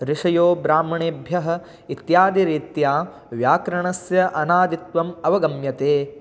ऋषयो ब्राह्मणेभ्यः इत्यादिरीत्या व्याकरणस्य अनादित्वं अवगम्यते